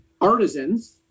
Artisans